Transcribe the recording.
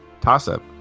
toss-up